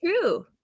True